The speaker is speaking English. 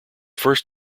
first